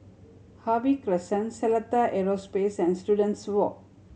Harvey Crescent Seletar Aerospace and Students Walk